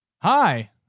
Hi